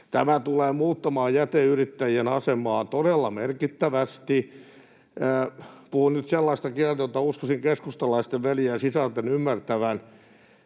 Tämä tulee muuttamaan jäteyrittäjien asemaa todella merkittävästi. Puhun nyt sellaista kieltä, jota uskoisin keskustalaisten veljien ja sisarten ymmärtävän: